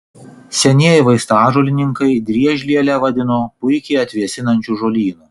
senieji vaistažolininkai driežlielę vadino puikiai atvėsinančiu žolynu